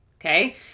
Okay